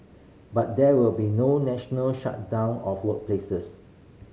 but there will be no national shutdown of workplaces